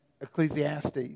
Ecclesiastes